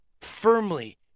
firmly